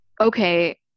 okay